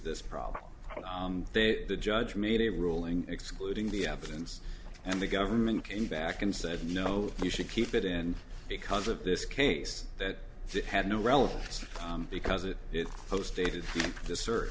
this problem they the judge made a ruling excluding the evidence and the government came back and said no you should keep it in because of this case that had no relatives because it is so stated